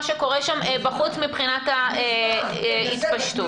שקורה שם בחוץ מבחינת התפשטות הנגיף.